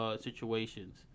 situations